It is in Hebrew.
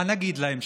מה נגיד להם,